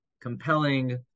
compelling